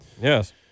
Yes